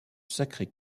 sacré